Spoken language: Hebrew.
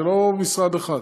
זה לא משרד אחד.